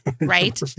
right